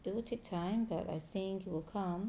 it will take time but I think it will come